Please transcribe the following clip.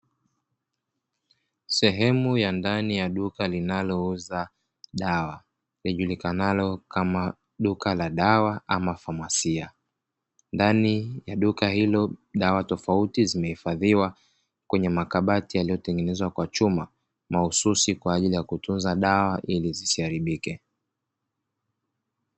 Sehemu ya ndani ya duka linalouza dawa lijulikanalo kama duka la dawa ama famasia, ndani ya duka ilo dawa tofauti zimeifadhiwa kwenye makabati yaliyotengenezwa kwa chuma maususi kwaajili ya kutunza dawa ili zisiaribike.